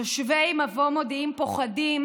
תושבי מבוא מודיעים פוחדים,